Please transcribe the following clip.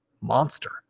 monster